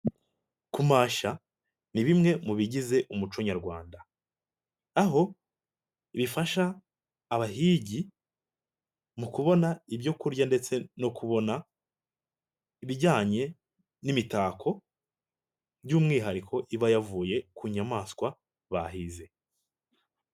Kumashya, ni bimwe mu bigize umuco nyarwanda, aho bifasha abahigi mu kubona ibyo kurya ndetse no kubona ibijyanye n'imitako, by'umwihariko iba yavuye ku nyamaswa bahize.